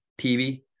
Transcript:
TV